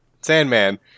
Sandman